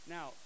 Now